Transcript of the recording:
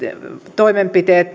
toimenpiteet